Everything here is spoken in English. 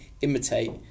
imitate